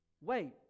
Wait